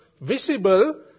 visible